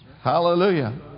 Hallelujah